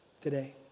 today